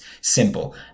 simple